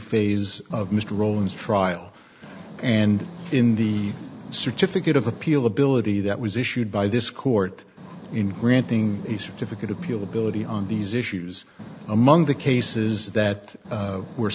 phase of mr rowland's trial and in the certificate of appeal ability that was issued by this court in granting a certificate appeal ability on these issues among the cases that